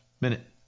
Minute